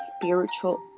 spiritual